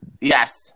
Yes